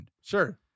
Sure